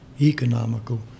economical